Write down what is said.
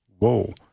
Whoa